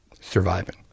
surviving